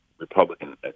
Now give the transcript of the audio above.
Republican